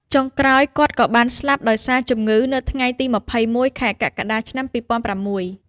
ចុងក្រោយគាត់ក៏បានស្លាប់ដោយ សារជំងឺនៅថ្ងៃទី២១ ខែកក្កដា ឆ្នាំ២០០៦។